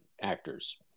actors